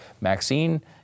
Maxine